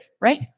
Right